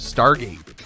Stargate